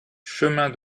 chemin